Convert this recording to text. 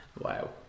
Wow